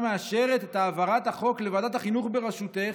מאשרת את העברת החוק לוועדת החינוך בראשותך?